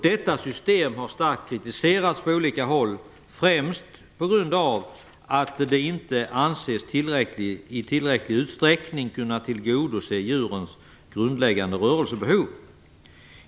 Detta system har starkt kritiserats på olika håll, främst på grund av att det inte anses i tillräcklig utsträckning kunna tillgodose djurens grundläggande rörelsebehov.